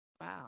Wow